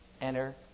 enter